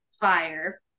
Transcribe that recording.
Fire